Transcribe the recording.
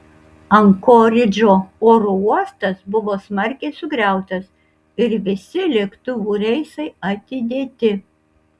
ankoridžo oro uostas buvo smarkiai sugriautas ir visi lėktuvų reisai atidėti